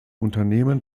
unternehmen